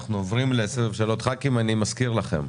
נעבור לשלב שאלות חברי הכנסת, אני מזכיר לכם,